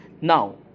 Now